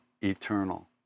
eternal